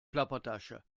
plappertasche